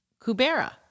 Kubera